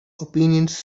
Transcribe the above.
opinions